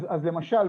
אז למשל,